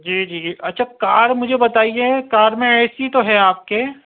جی جی اچھا کار مجھے بتائیے کار میں اے سی تو ہے آپ کے